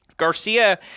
Garcia